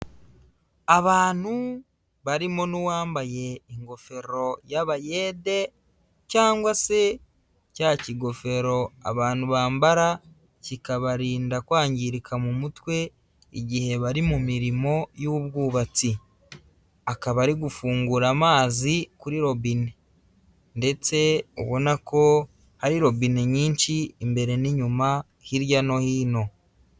Abantu barimo n'uwambaye ingofero y'abayede cyangwa se cya kigofero abantu bambara kikabarinda kwangirika mu mutwe igihe bari mu mirimo y'ubwubatsi, akaba ari gufungura amazi kuri robine ndetse ubona ko hari robine nyinshi imbere n'inyuma, hirya no hino.